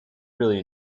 really